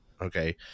okay